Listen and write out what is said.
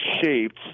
shaped